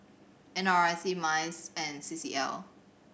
N R I C MINDS and C C L